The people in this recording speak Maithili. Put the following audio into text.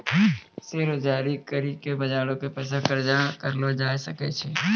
शेयर जारी करि के बजारो से पैसा कर्जा करलो जाय सकै छै